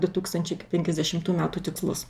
du tūkstančiai penkiasdešimtų metų tikslus